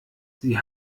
sie